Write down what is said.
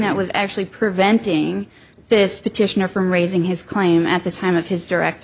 that was actually preventing this petitioner from raising his claim at the time of his direct